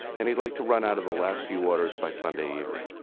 and he'd like to run out of the last few orders by sunday evening.